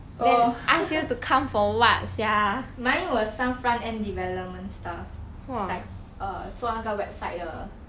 oh mine was some front end development stuff it's like 做那个 website 的